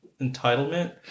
entitlement